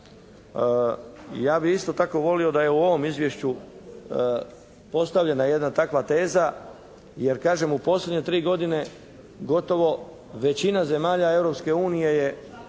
Ja bih isto tako volio da je u ovom izvješću postavljena jedna takva teza jer kažem u posljednje tri godine gotovo većina zemalja Europske